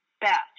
best